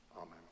Amen